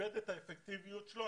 איבד את האפקטיביות שלו.